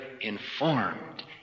informed